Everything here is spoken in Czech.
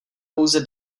pouze